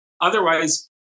Otherwise